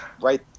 right